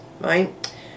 Right